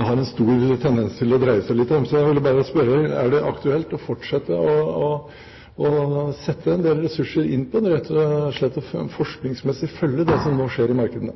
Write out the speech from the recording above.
har en stor tendens til å dreie seg om. Jeg vil bare spørre: Er det aktuelt å fortsette å sette en del ressurser inn på rett og slett forskningsmessig å følge det som skjer i markedene?